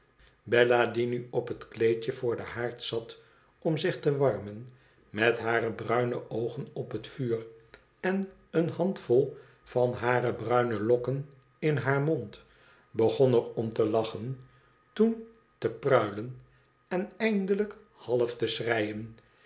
bella die nu op het kleedje voor den haard zat om zich te warmen met hare bruine oogen op het vuur en eene handvol van hare bruine lokken in haar mond begon er om te lachen toen te pruilen en eindelijk half te schreien